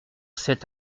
cet